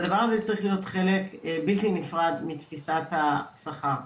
והדבר הזה צריך להיות חלק בלתי נפרד מתפיסת השכר.